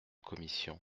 commission